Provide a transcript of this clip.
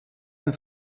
ein